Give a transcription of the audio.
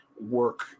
work